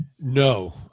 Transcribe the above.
no